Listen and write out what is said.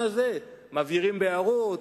הזה כשבאנו לבנות בהר-חומה: מבעירים בעירות,